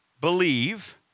Believe